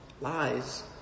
lies